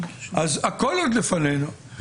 אז הכול עוד לפנינו.